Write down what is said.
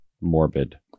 morbid